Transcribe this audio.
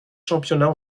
championnats